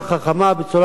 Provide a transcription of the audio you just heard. בצורה נכונה,